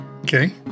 Okay